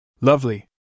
Lovely